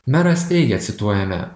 meras teigia cituojame